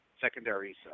secondary